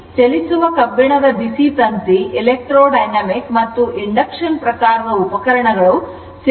ಚಲಿಸುವ ಕಬ್ಬಿಣದ ಬಿಸಿ ತಂತಿ ಎಲೆಕ್ಟ್ರೋ ಡೈನಾಮಿಕ್ ಮತ್ತು ಇಂಡಕ್ಷನ್ ಪ್ರಕಾರದ ಉಪಕರಣಗಳು ಸಿಗ್ನಲ್ ನ rms ಮೌಲ್ಯವನ್ನು ಓದುತ್ತವೆ